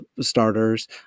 starters